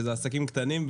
שזה עסקים קטנים,